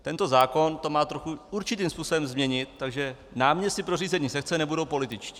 Tento zákon to má trochu určitým způsobem změnit, takže náměstci pro řízení sekce nebudou političtí.